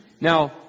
Now